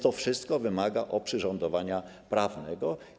To wszystko wymaga oprzyrządowania prawnego.